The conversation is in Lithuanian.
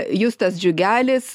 justas džiugelis